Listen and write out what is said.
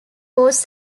was